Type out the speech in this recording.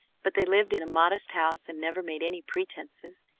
but they lived in a modest house, and never made any pretences.